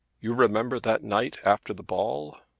you remember that night after the ball?